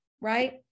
right